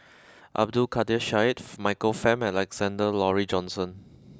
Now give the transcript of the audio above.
Abdul Kadir Syed Michael Fam and Alexander Laurie Johnson